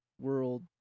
world